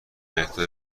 اهدای